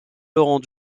laurent